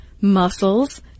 Muscles